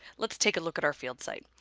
let's take a look at our field site.